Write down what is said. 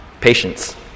Patience